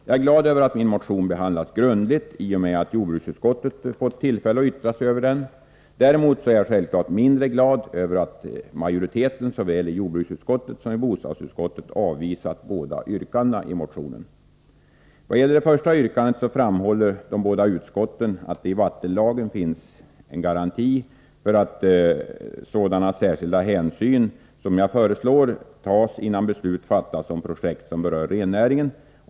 Jag är glad över att min motion behandlats grundligt i och med att jordbruksutskottet fått tillfälle att yttra sig över den. Däremot är jag självfallet mindre glad över att majoriteten såväl i jordbruksutskottet som i bostadsutskottet avvisat båda yrkandena i motionen. Vad gäller det första yrkandet framhåller de båda utskotten att det i vattenlagen finns en garanti för att sådana särskilda hänsyn, som jag föreslår, tas innan beslut fattas om projekt som berör rennäringen.